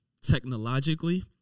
technologically